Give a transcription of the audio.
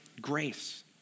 grace